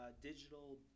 digital